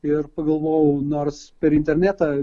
ir pagalvojau nors per internetą